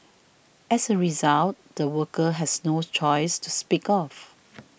as a result the worker has no choice to speak of